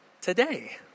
today